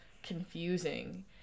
confusing